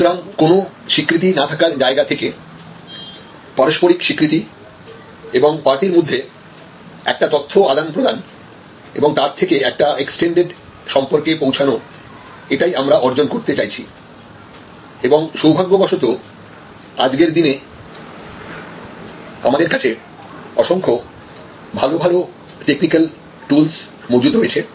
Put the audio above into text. সুতরাং কোন স্বীকৃতি না থাকার জায়গা থেকে পারস্পরিক স্বীকৃতি এবং পার্টির মধ্যে একটা তথ্য আদান প্রদান এবং তার থেকে একটা এক্সটেন্ডেড সম্পর্কে পৌঁছানো এটাই আমরা অর্জন করতে চাইছি এবং সৌভাগ্যবশত আজকের দিনে আমাদের কাছে অসংখ্য ভালো ভালো টেকনিকেল টুলস মজুদ রয়েছে